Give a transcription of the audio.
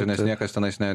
nes niekas tenais ne